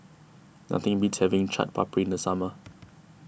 nothing beats having Chaat Papri in the summer